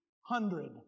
hundred